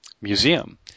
museum